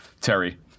terry